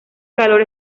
calor